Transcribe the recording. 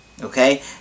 okay